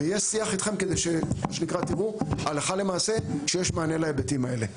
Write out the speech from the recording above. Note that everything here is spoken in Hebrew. ויש שיח אתכם כדי שתראו הלכה למעשה שיש מענה להיבטים האלה.